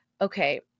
okay